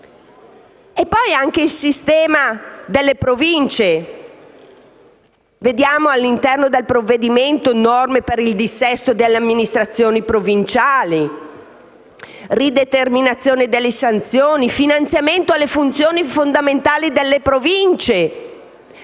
E poi c'è anche il sistema delle Province. Vediamo, all'interno del provvedimento, norme per il dissesto delle amministrazioni provinciali, rideterminazione delle sanzioni, finanziamento delle funzioni fondamentali delle Province.